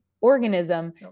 organism